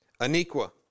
Aniqua